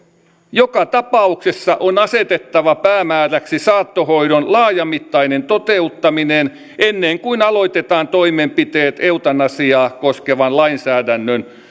joka tapauksessa on asetettava päämääräksi saattohoidon laajamittainen toteuttaminen ennen kuin aloitetaan toimenpiteet eutanasiaa koskevan lainsäädännön